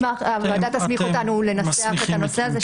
הוועדה תסמיך אותנו לנסח את הנושא הזה,